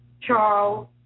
Charles